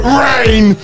rain